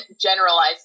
generalize